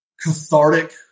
Cathartic